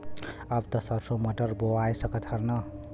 अब त सरसो मटर बोआय सकत ह न?